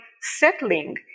settling